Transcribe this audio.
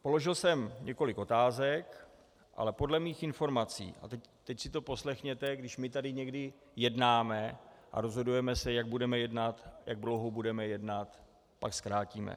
Položil jsem několik otázek, ale podle mých informací a teď si to poslechněte když my tady někdy jednáme a rozhodujeme se, jak budeme jednat, jak dlouho budeme jednat, pak zkrátíme.